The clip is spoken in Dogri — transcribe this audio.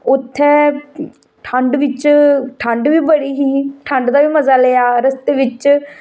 उ'त्थें ठंड बिच ठंड बी बड़ी ही ठंड दा बी मजा लैआ रस्ते बिच